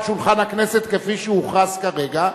על שולחן הכנסת כפי שהוכרז כרגע,